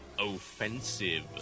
offensive